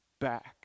back